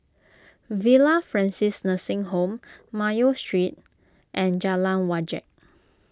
Villa Francis Nursing Home Mayo Street and Jalan Wajek